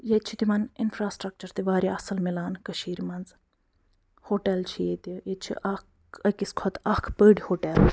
ییٚتہِ چھِ تِمَن اِنفرٛاسٕٹرٛکچَر تہِ واریاہ اَصٕل مِلان کٔشیٖرِ منٛز ہوٹَل چھِ ییٚتہِ ییٚتہِ چھِ اَکھ أکِس کھۄتہٕ اَکھ بٔڑۍ ہوٹَل